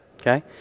Okay